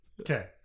Okay